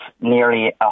nearly